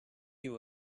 you